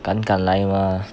敢敢来 mah